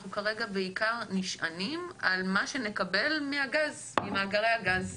אנחנו כרגע נשענים בעיקר על מה שנקבל ממאגרי הגז.